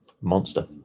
Monster